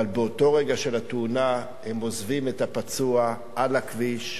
אבל באותו רגע של התאונה הם עוזבים את הפצוע על הכביש,